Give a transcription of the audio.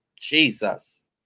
Jesus